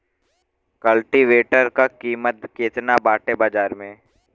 कल्टी वेटर क कीमत केतना बाटे बाजार में?